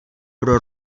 pro